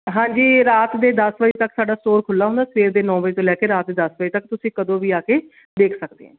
ਹਾਂਜੀ ਰਾਤ ਦੇ ਦਸ ਵਜੇ ਤੱਕ ਸਾਡਾ ਸਟੋਰ ਖੁੱਲਾ ਹੁੰਦਾ ਸਵੇਰ ਦੇ ਨੌ ਵਜੇ ਤੋਂ ਲੈ ਕੇ ਰਾਤ ਦਸ ਵਜੇ ਤੱਕ ਤੁਸੀਂ ਕਦੋਂ ਵੀ ਆ ਕੇ ਦੇਖ ਸਕਦੇ ਹੈ